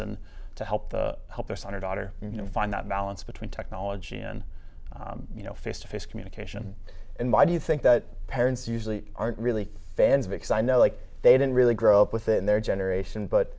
and to help help their son or daughter you know find that balance between technology and you know face to face communication and why do you think that parents usually aren't really fans because i know like they didn't really grow up within their generation but